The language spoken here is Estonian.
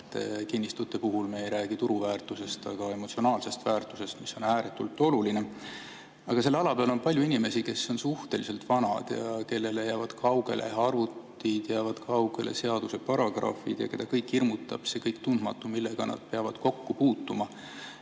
et kinnistute puhul me ei räägi turuväärtusest, vaid emotsionaalsest väärtusest, mis on ääretult oluline. Aga selle ala peal on palju inimesi, kes on suhteliselt vanad ja kellele jäävad kaugeks arvutid, jäävad kaugeks seaduseparagrahvid ja keda hirmutab kõik see tundmatu, millega nad peavad kokku puutuma.